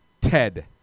Ted